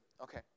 Okay